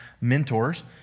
mentors